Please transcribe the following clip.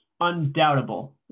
undoubtable